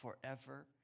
forever